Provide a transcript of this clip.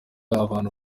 abantu